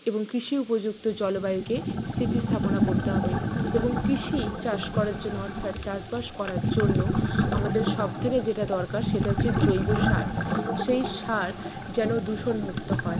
এবং কৃষি উপযুক্ত জলবায়ুকে স্থিতিস্থাপনা করতে হবে এবং কৃষি চাষ করার জন্য অর্থাৎ চাষবাস করার জন্য আমাদের সব থেকে যেটা দরকার সেটা হচ্ছে জৈব সার সেই সার যেন দূষণমুক্ত হয়